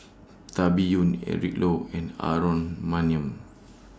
Tan Biyun Eric Low and Aaron Maniam